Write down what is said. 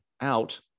out